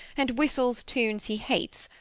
and whistles tunes he hates,